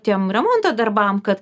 tiem remonto darbam kad